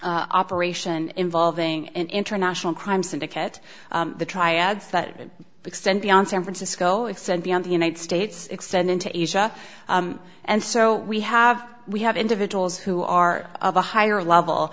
operation involving an international crime syndicate the triads that extend beyond san francisco extend beyond the united states extend into asia and so we have we have individuals who are of a higher level